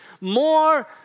more